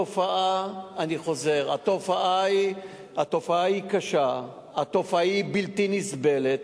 אני חוזר: התופעה היא קשה, התופעה היא בלתי נסבלת,